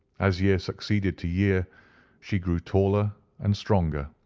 as year succeeded to year she grew taller and stronger,